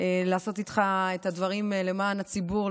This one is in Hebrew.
לעשות איתך את הדברים למען הציבור,